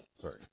Sorry